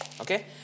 Okay